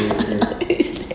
it's like